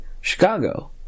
Chicago